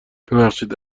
ببخشید